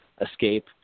escape